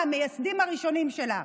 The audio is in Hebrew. מהמייסדים הראשונים שלה.